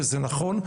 וזה נכון,